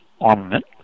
armament